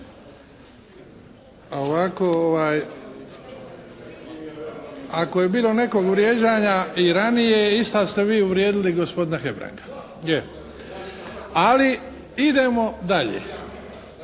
Ovako, ako je bili nekog vrijeđanja i ranije i sad ste vi uvrijedili gospodina Hebranga. Ali idemo dalje.